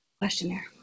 Questionnaire